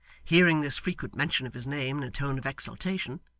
hearing this frequent mention of his name in a tone of exultation,